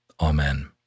Amen